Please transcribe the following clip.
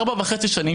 ארבע וחצי שנים,